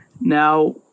Now